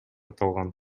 аталган